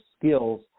skills